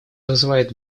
вызывает